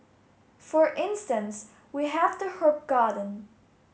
for instance we have the herb garden